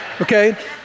Okay